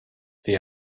the